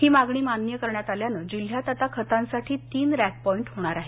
ही मागणी मान्य करण्यात आल्यानं जिल्ह्यात आता खतांसाठी तीन रॅक पॉईंट होणार आहेत